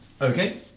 Okay